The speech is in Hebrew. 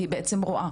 והיא בעצם רואה.